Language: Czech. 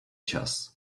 čas